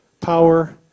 power